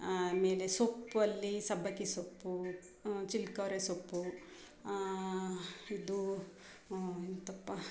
ಆಮೇಲೆ ಸೊಪ್ಪಲ್ಲಿ ಸಬ್ಬಕ್ಕಿ ಸೊಪ್ಪು ಚಿಲ್ಕೊರೆ ಸೊಪ್ಪು ಇದು ಎಂತಪ್ಪ